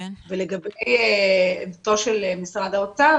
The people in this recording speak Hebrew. ולגבי מעורבותו של משרד האוצר,